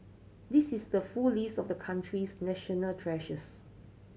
this is the full list of the country's national treasures